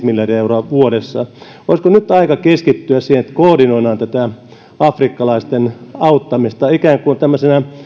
miljardia euroa vuodessa olisiko nyt aika keskittyä siihen että koordinoidaan tätä afrikkalaisten auttamista ikään kuin tämmöisenä